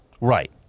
Right